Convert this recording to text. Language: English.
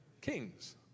kings